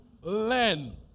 learn